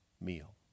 meal